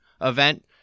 event